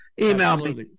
Email